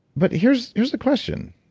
but here's here's the question.